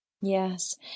Yes